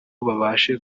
babashe